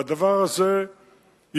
והדבר הזה ייבדק.